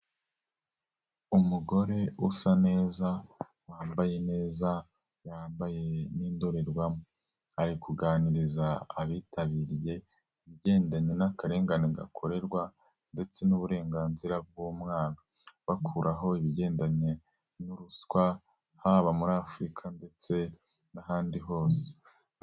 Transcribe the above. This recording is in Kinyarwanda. Umugore usa neza wambaye neza, wambaye n'indorerwamo, ari kuganiriza abitabiriye ibigendanye n'akarengane gakorerwa ndetse n'uburenganzira bw'umwana, bakuraho ibigendanye na ruswa haba muri Afurika ndetse n'ahandi hose.